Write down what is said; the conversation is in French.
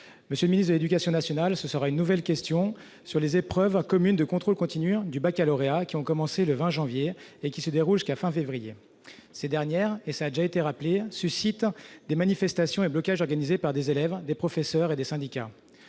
Monsieur le ministre de l'éducation nationale, ma question porte elle aussi sur les épreuves communes de contrôle continu du baccalauréat, qui ont commencé le 20 janvier et se dérouleront jusqu'à fin février. Ces dernières, cela a été rappelé, suscitent des manifestations et des blocages organisés par des élèves, des professeurs et des syndicats.